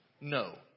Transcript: no